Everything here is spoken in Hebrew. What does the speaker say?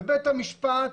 בית המשפט